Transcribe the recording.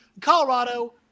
Colorado